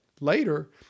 later